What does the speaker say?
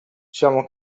siamo